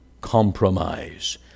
compromise